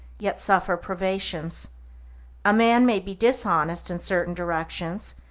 yet suffer privations a man may be dishonest in certain directions,